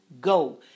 go